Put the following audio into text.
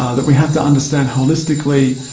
ah that we have to understand holistically,